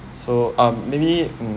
so um many mm